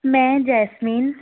ਮੈਂ ਜੈਸਮੀਨ